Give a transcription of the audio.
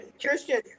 Christian